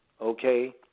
okay